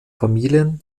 familien